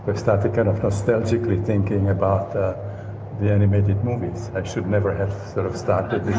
but started kind of nostalgically thinking about the the animated movies, i should never have sort of started